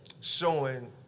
showing